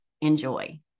Enjoy